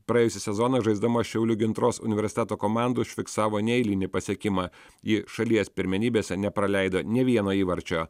praėjusį sezoną žaisdama šiaulių gintros universiteto komandoj užfiksavo neeilinį pasiekimą ji šalies pirmenybėse nepraleido nė vieno įvarčio